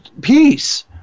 peace